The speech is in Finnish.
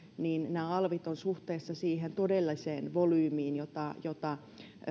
alvit ovat suhteessa siihen todelliseen volyymiin jota jota